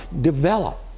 develop